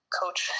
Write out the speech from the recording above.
coach